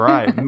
Right